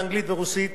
אנגלית ורוסית,